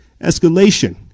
Escalation